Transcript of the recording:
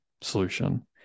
solution